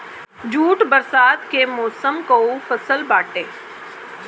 jute बरसात के मौसम कअ फसल बाटे